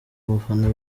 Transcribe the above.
abafana